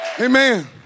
Amen